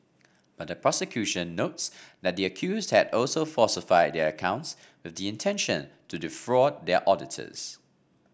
but the prosecution notes that the accused had also falsified their accounts with the intention to defraud their auditors